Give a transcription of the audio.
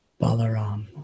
Balaram